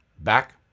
Back